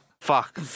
fuck